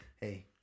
Hey